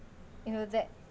you know that